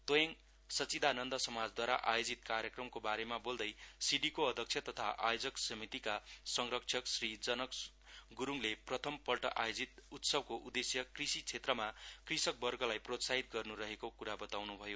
तोयाङ सचिदानन्द समाजद्वारा आयोजित कार्यक्रमको बारेमा बोल्दै सिडिको अध्यक्ष तथा आयोजक समितिका संरक्षक श्री जनक गुरुङले प्रथम पल्ट आयोजित उत्सवको उद्देश्य कृषि क्षेत्रमा कृषक वर्गलाई प्रोत्साहित गराउनु रहेको कुरा बताउनु भयो